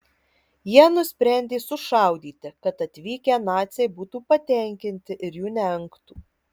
jie nusprendė sušaudyti kad atvykę naciai būtų patenkinti ir jų neengtų